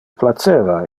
placeva